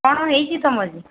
କ'ଣ ହେଇଛି ତୁମର ଯେ